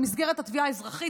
במסגרת התביעה האזרחית,